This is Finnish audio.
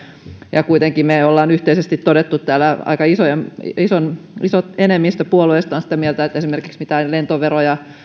ja kuitenkin me olemme yhteisesti todenneet täällä aika iso enemmistö puolueista on sitä mieltä että esimerkiksi mitään lentoveroja